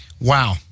Wow